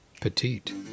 Petite